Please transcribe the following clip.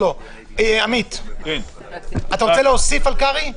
עמית הלוי, אתה רוצה להוסיף על קרעי?